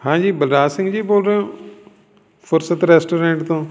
ਹਾਂਜੀ ਬਲਰਾਜ ਸਿੰਘ ਜੀ ਬੋਲ ਰਹੇ ਹੋ ਫੁਰਸਤ ਰੈਸਟੋਰੈਂਟ ਤੋਂ